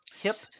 hip